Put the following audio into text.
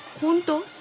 juntos